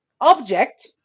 object